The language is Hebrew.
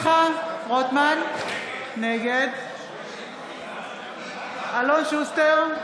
רוטמן, נגד אלון שוסטר,